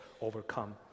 overcome